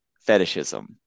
fetishism